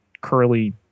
curly